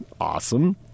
Awesome